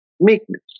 meekness